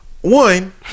one